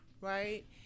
right